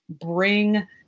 bring